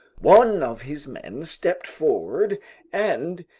one of his men stepped forward and,